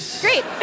Great